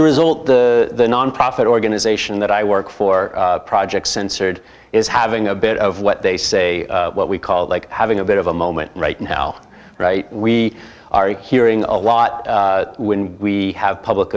a result the nonprofit organization that i work for projects censored is having a bit of what they say what we call like having a bit of a moment right now right we are hearing a lot when we have public